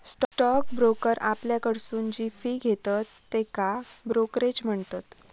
stock broker आपल्याकडसून जी fee घेतत त्येका ब्रोकरेज म्हणतत